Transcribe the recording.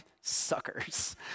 Suckers